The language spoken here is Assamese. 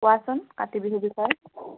কোৱাচোন কাতি বিহুৰ বিষয়ে